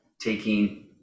taking